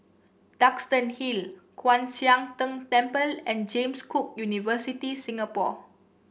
Duxton Hill Kwan Siang Tng Temple and James Cook University Singapore